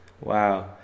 Wow